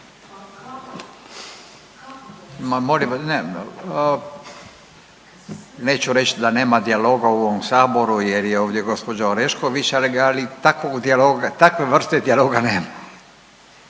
Ma molim vas, neću reći da nema dijaloga u ovom saboru jer je ovdje gospođa Orešković, ali takvog dijaloga, takve vrste dijaloga nema.